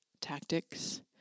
tactics